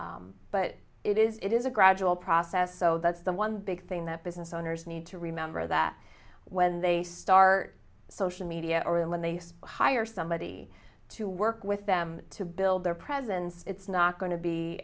but it is it is a gradual process so that's the one big thing that business owners need to remember that when they start social media or and when they hire somebody to work with them to build their presence it's not go